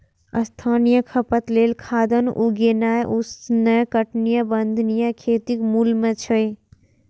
स्थानीय खपत लेल खाद्यान्न उगेनाय उष्णकटिबंधीय खेतीक मूल मे छै